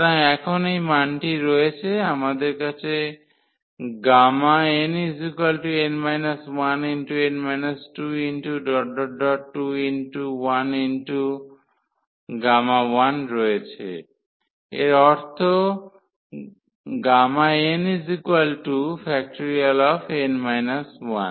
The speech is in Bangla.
সুতরাং এখন এই মানটি রয়েছে আমাদের কাছে nn 1n 22Γ রয়েছে এর অর্থ nn 1